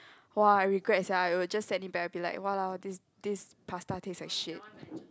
!wah! regret sia I will just sent it back be like !walao! this this pasta taste like shit